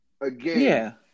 again